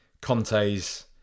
Conte's